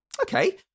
Okay